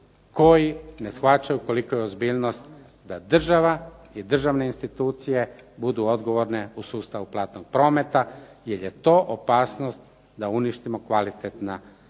koji ne shvaćaju kolika je ozbiljnost da država i državne institucije budu odgovorne u sustavu platnog prometa jer je to opasnost da uništimo kvalitetna trgovačka